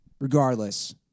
regardless